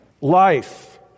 life